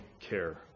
care